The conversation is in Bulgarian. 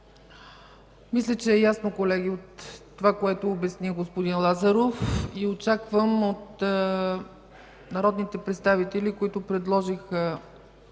Мисля, че е ясно, колеги, това, което обясни господин Лазаров. Очаквам от народните представители, които предложиха